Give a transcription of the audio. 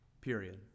period